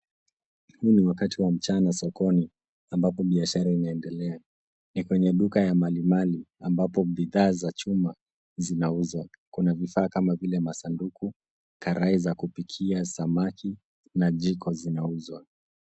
Huu ni wakati wa mchana sokoni, ambapo biashara inaendelea. Ni kwenye duka ya malimali, ambapo bidhaa za chuma zinauzwa. Kua vifaa kama vile masanduku, karai za kupikia samaki, na jiko zinauzwa.